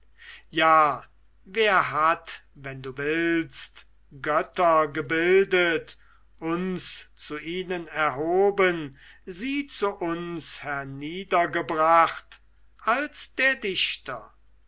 ja wer hat wenn du willst götter gebildet uns zu ihnen erhoben sie zu uns herniedergebracht als der dichter